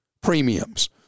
premiums